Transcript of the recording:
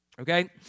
Okay